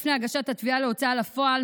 לפני הגשת התביעה להוצאה לפועל,